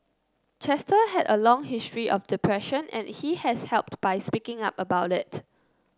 Chester had a long history of depression and he has helped by speaking up about it